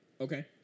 okay